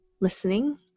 listening